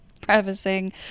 prefacing